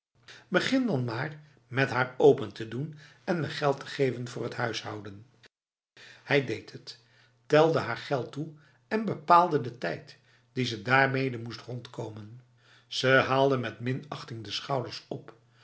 dan maar met haar open te doen en me geld te geven voor het huishouden hij deed het telde haar geld toe en bepaalde de tijd die ze daarmede moest rondkomen ze haalde met minachting de schouders op